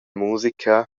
musica